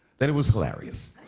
that it was hilarious.